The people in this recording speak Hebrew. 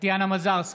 טטיאנה מזרסקי,